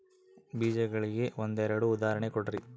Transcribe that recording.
ಬೇಜಗಳಿಗೆ ಒಂದೆರಡು ಉದಾಹರಣೆ ಕೊಡ್ರಿ?